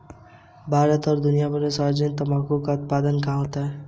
भारत और दुनिया भर में सर्वाधिक तंबाकू का उत्पादन कहां होता है?